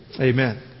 amen